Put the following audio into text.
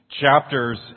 chapters